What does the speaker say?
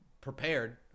prepared